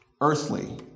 earthly